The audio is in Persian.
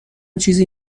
چیزی